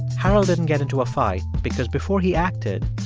harold didn't get into a fight because before he acted,